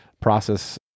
process